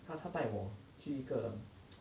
他他带我去一个